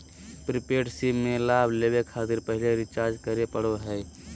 prepaid sim में लाभ लेबे खातिर पहले रिचार्ज करे पड़ो हइ